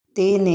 ତିନି